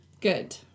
Good